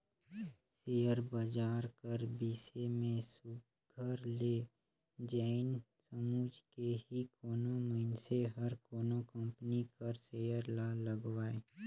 share बजार कर बिसे में सुग्घर ले जाएन समुझ के ही कोनो मइनसे हर कोनो कंपनी कर सेयर ल लगवाए